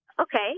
Okay